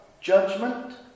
Judgment